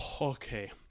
Okay